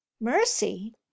Mercy